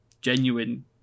genuine